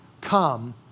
Come